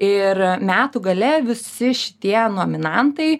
ir metų gale visi šitie nominantai